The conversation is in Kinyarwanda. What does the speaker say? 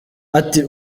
ati